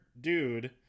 dude